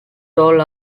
tall